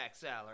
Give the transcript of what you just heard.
salary